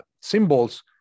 symbols